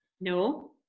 No